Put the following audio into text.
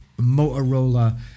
Motorola